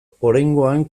oraingoan